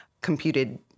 computed